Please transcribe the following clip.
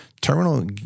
terminal